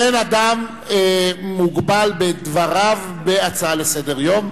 אין אדם מוגבל בדבריו בהצעה לסדר-יום,